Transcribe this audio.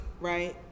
right